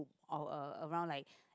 or uh around like